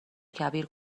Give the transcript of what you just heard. کبیر